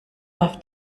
auf